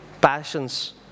passions